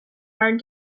hard